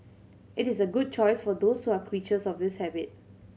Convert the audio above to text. it is a good choice for those who are creatures of this habit